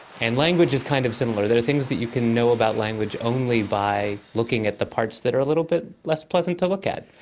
and language is kind of similar. there are things that you can know about language only by looking at the parts that are a little bit less pleasant to look at.